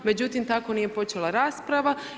Međutim, tako nije počela rasprava.